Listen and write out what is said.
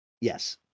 Yes